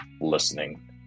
listening